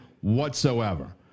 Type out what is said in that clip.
whatsoever